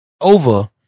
Over